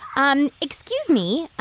um excuse me,